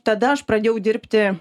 tada aš pradėjau dirbti